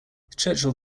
churchill